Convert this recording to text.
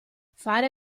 fare